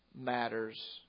Matters